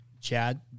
Chad